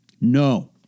No